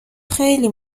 خیلی